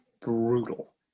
brutal